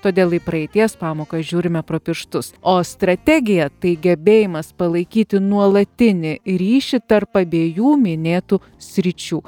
todėl į praeities pamokas žiūrime pro pirštus o strategija tai gebėjimas palaikyti nuolatinį ryšį tarp abiejų minėtų sričių